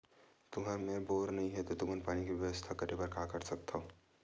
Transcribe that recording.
तुहर मेर बोर नइ हे तुमन पानी के बेवस्था करेबर का कर सकथव?